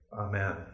Amen